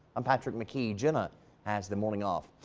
i'm patrick mckee jenna has the morning off.